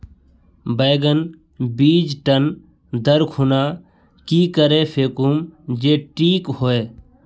बैगन बीज टन दर खुना की करे फेकुम जे टिक हाई?